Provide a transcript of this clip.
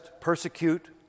persecute